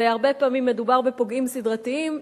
והרבה פעמים מדובר בפוגעים סדרתיים,